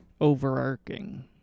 overarching